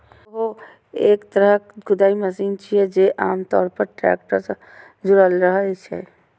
backhoe एक तरहक खुदाइ मशीन छियै, जे आम तौर पर टैक्टर सं जुड़ल रहै छै